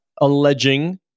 alleging